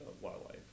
wildlife